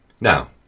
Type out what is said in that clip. Now